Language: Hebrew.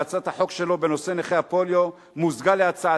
שהצעת החוק שלו בנושא נכי הפוליו מוזגה עם הצעתי,